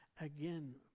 again